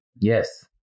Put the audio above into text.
Yes